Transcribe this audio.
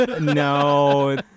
No